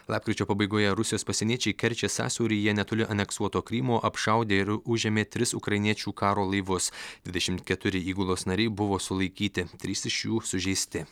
lapkričio pabaigoje rusijos pasieniečiai kerčės sąsiauryje netoli aneksuoto krymo apšaudė ir užėmė tris ukrainiečių karo laivus dvidešimt keturi įgulos nariai buvo sulaikyti trys iš jų sužeisti